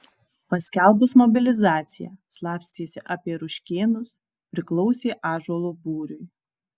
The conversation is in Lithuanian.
paskelbus mobilizaciją slapstėsi apie rukšėnus priklausė ąžuolo būriui